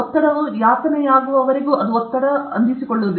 ಒತ್ತಡವು ಯಾತನೆಯಾಗುವವರೆಗೂ ಅದು ಒತ್ತಡಕ್ಕೆ ಒಳಗಾಗುವುದಿಲ್ಲ